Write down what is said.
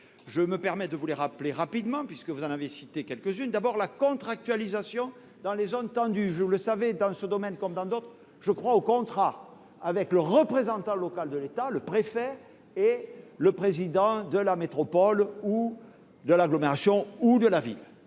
Je me permets de vous les rappeler rapidement, puisque vous en avez cité quelques-unes. Il s'agit tout d'abord de la contractualisation dans les zones tendues. Vous le savez, dans ce domaine comme dans d'autres, je crois au contrat, avec le représentant local de l'État, le préfet, et le président de la métropole, de l'agglomération ou de la ville